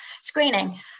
screening